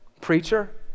preacher